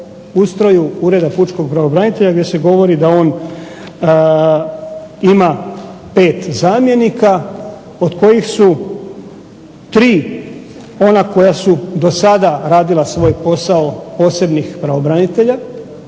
Ureda pučkog pravobranitelja, gdje se govori da on ima 5 zamjenika, od kojih su 3 ona koja su dosada radila svoj posao posebnih pravobranitelja,